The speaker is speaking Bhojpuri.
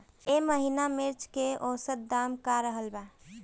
एह महीना मिर्चा के औसत दाम का रहल बा?